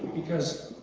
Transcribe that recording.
because